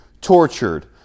tortured